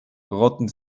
rotten